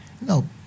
No